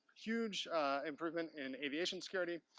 huge improvement in aviation security,